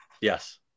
yes